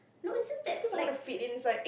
no it's just that like